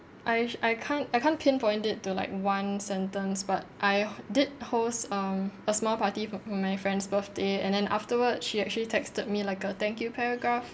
I sh~ I can't I can't pinpoint it to like one sentence but I h~ did host um a small party for for my friend's birthday and then afterwards she actually texted me like a thank you paragraph